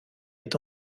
est